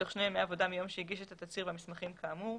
בתוך שני ימי עבודה מיום שהגיש את התצהיר והמסמכים כאמור,